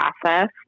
process